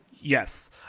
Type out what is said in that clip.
yes